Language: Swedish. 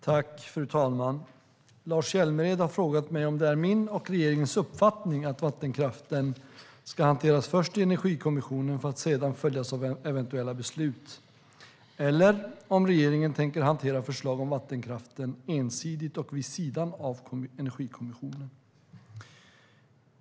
Fru talman! Lars Hjälmered har frågat mig om det är min och regeringens uppfattning att vattenkraften ska hanteras först i Energikommissionen för att sedan följas av eventuella beslut, eller om regeringen tänker hantera förslag om vattenkraften ensidigt och vid sidan av Energikommissionen.